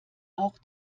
auch